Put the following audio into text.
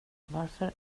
varför